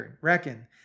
reckon